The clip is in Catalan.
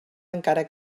encara